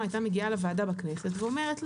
הייתה מגיעה לוועדה בכנסת ואומרת,